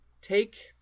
take